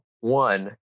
one